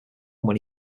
when